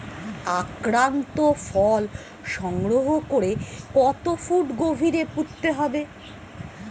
আক্রান্ত ফল সংগ্রহ করে কত ফুট গভীরে পুঁততে হবে?